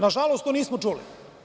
Nažalost, to nismo čuli.